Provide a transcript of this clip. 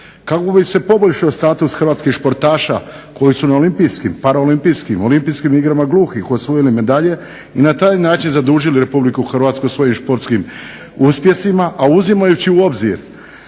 Kako bi se poboljšao status hrvatskih sportaša koji su na olimpijskim, paraolimpijskim, olimpijskim igrama gluhih osvojili medalje i na taj način zadužili RH svojim sportskim uspjesima, a uzimajući u obzir